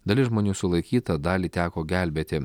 dalis žmonių sulaikyta dalį teko gelbėti